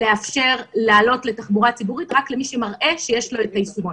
לאפשר להעלות לתחבורה הציבורית רק למי שמראה שיש לו איזה יישומון.